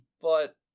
but-